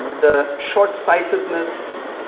the shortsightedness,